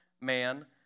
man